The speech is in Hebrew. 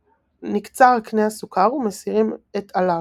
נקצר קנה הסוכר ומסירים את עליו.